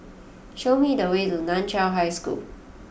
show me the way to Nan Chiau High School